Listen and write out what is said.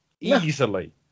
easily